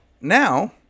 Now